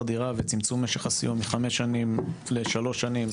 דירה וצמצום משך הסיוע מחמש שנים לשלוש שנים.